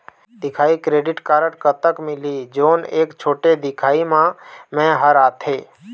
दिखाही credit card कतक मिलही जोन एक छोटे दिखाही म मैं हर आथे?